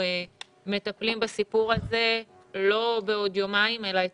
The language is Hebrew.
מטפלים בסיפור הזה לא בעוד יומיים אלא אתמול.